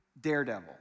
daredevil